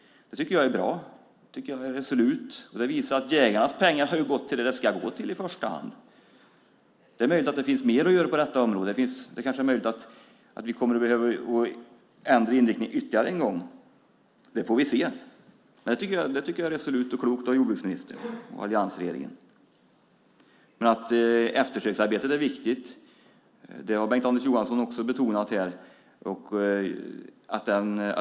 Det tyckte jag var bra. Nu går jägarnas pengar till det som de ska gå till i första hand. Det är möjligt att det finns mer att göra på detta område och att vi kommer att behöva ändra inriktning ytterligare en gång. Det får vi se. Men det var resolut och klokt gjort av jordbruksministern och alliansregeringen. Att eftersöksarbetet är viktigt har Bengt-Anders Johansson också betonat.